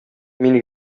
мин